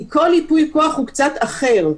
כי כל ייפוי כוח הוא קצת אחר.